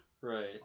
Right